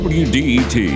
wdet